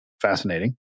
fascinating